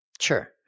sure